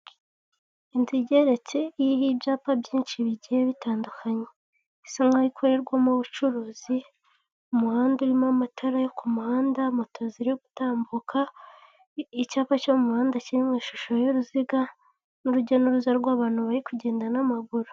Inzu igeretse iriho ibyapa byinshi bigiye bitandukanye, isa nkaho ikorerwamo ubucuruzi, umuhanda urimo amatara yo ku muhanda, moto ziri gutambuka, icyapa cyo muhanda kiririmo ishusho y'uruziga n'urujya n'uruza rw'abantu bari kugenda n'amaguru.